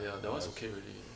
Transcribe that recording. ya that one is okay already